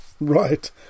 Right